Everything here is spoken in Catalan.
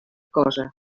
cosa